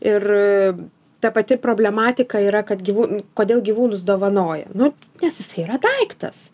ir ta pati problematika yra kad gyvūn kodėl gyvūnus dovanoja nu nes jisai yra daiktas